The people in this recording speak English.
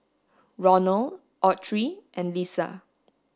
Ronal Autry and Lissa